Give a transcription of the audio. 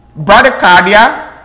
bradycardia